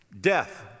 Death